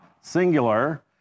singular